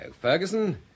Ferguson